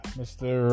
mr